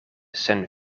sen